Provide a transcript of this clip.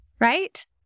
right